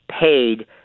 paid